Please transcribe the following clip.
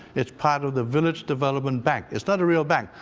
it's part of the village development bank. it's not a real bank,